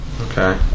Okay